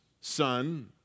son